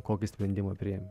kokį sprendimą priimi